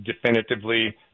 definitively